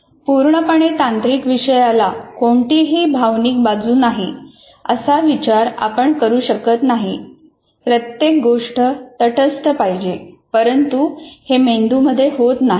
पूर्णपणे तांत्रिक विषयाला कोणतीही भावनिक बाजू नाही असा विचार आपण करू शकत नाही प्रत्येक गोष्ट तटस्थ पाहिजे परंतु हे मेंदूमध्ये होत नाही